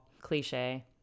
Cliche